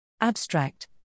Abstract